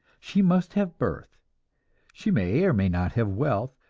she must have birth she may or may not have wealth,